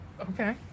Okay